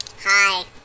Hi